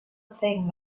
thing